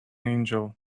angel